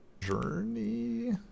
Journey